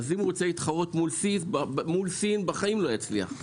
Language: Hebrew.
אם הוא רוצה להתחרות מול סין - בחיים לא יצליח.